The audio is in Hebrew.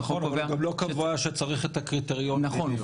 החוק קובע -- הוא גם לא קבע שצריך את הקריטריונים --- נכון,